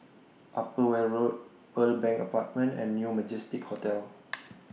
Upper Weld Road Pearl Bank Apartment and New Majestic Hotel